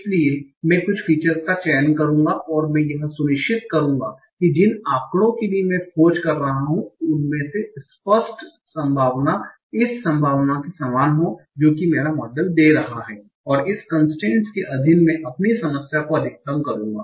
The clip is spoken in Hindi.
इसलिए मैं कुछ फीचर्स का चयन करूंगा और मैं यह सुनिश्चित करूंगा कि जिन आंकड़ों के लिए मैं खोज रहा हूं उनमें से अस्पष्ट संभावना इस संभावना के समान हो जो कि मेरा मॉडल दे रहा है और इस कन्स्ट्रेन्ट के अधीन मैं अपनी समस्या को अधिकतम करूंगा